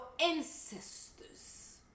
ancestors